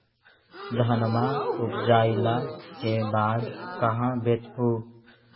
धनमा उपजाईला के बाद कहाँ बेच हू?